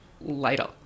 later